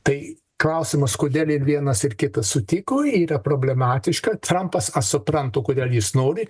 tai klausimas kodėl ir vienas ir kitas sutiko yra problematiška trampas aš suprantu kodėl jis nori